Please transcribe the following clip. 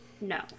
no